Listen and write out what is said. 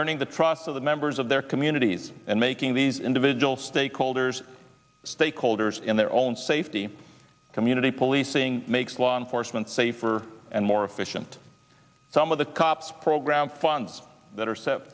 earning the trust of the members of their communities and making these individual stakeholders stakeholders in their own safety community policing makes law enforcement safer and more efficient some of the cops program funds that are set